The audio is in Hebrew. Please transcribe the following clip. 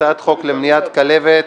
הצעת חוק למניעת כלבת,